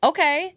Okay